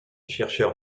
chercheur